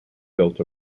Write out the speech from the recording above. built